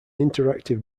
interactive